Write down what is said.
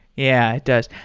yeah, it does.